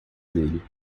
dele